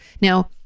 Now